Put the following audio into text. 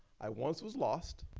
i once was lost,